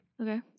Okay